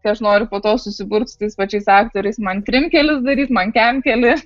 tai aš noriu po to susiburt su tais pačiais aktoriais mantrimkelius daryt mankemkelį